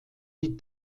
die